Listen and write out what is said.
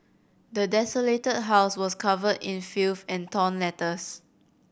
the desolated house was covered in filth and torn letters